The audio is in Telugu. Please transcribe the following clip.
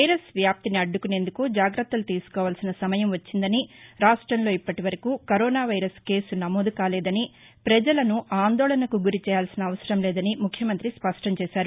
వైరస్ వ్యాప్తిని అడ్లుకునేందుకు జాగత్తలు తీసుకోవాల్సిన సమయం వచ్చిందని రాష్ట్రంలో ఇప్పటివరకూ కరోనా వైరస్ కేసు నమోదు కాలేదని పజలను ఆందోళనకు గురిచేయాల్సిన అవసరం లేదని ముఖ్యమంతి స్పష్టం చేశారు